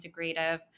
integrative